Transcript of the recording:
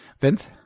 vince